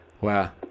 Wow